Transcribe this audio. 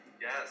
yes